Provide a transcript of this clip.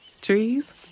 Trees